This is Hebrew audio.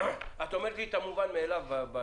את אומרת לי את המובן מאליו.